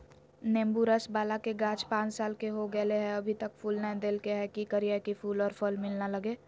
नेंबू रस बाला के गाछ पांच साल के हो गेलै हैं अभी तक फूल नय देलके है, की करियय की फूल और फल मिलना लगे?